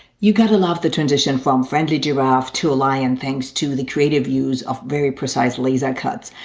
you gotta love the transition from friendly giraffe to a lion thanks to the creative use of very precise laser cuts.